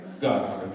God